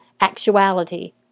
actuality